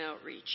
outreach